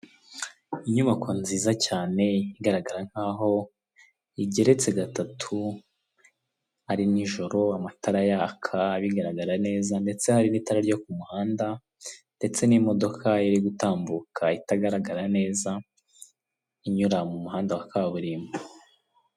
Inyubako nziza cyane igaragara nk'aho igeretse gatatu, ari nijoro amatara yaka, bigaragara neza ndetse hari n'itara ryo ku muhanda, ndetse n'imodoka iri gutambuka itagaragara neza inyura mu muhanda wa kaburimbo.